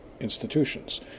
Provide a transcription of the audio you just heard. institutions